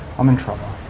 um in trouble.